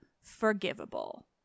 forgivable